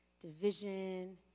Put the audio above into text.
division